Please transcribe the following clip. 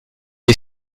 est